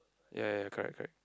ya ya ya correct correct